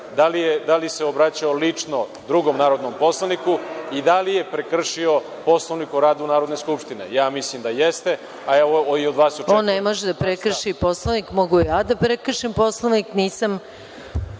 da li se obraćao lično drugom narodnom poslaniku i da li je prekršio Poslovnik o radu Narodne skupštine? Ja mislim da jeste. Evo, i od vas očekujem… **Maja Gojković** On ne može da prekrši Poslovnik, mogu ja da prekršim Poslovnik. Nisam